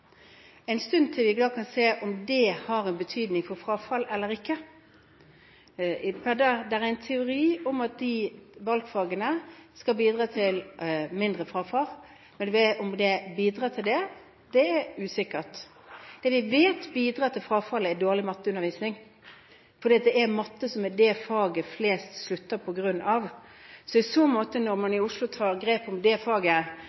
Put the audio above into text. en stund til vi kan se om det har en betydning for frafall eller ikke. Det er en teori om at valgfagene skal bidra til mindre frafall, men om det bidrar til det, er usikkert. Det vi vet bidrar til frafall, er dårlig matteundervisning, for matte er det faget flest slutter på grunn av. I så måte synes jeg i og for seg at når man i Oslo tar grep om det faget